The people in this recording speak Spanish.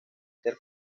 ser